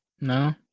no